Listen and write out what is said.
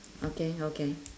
okay okay